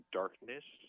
darkness